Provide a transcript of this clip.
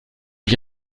ich